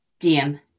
DM